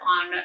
on